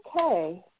Okay